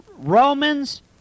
Romans